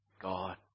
God